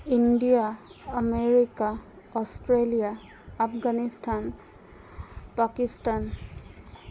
India America Australia Afghanistan Pakistan